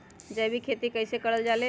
जैविक खेती कई से करल जाले?